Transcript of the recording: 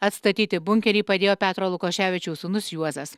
atstatyti bunkerį padėjo petro lukoševičiaus sūnus juozas